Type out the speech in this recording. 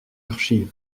archives